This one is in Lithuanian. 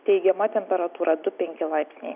teigiama temperatūra du penki laipsniai